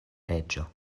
reĝo